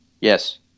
yes